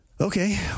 okay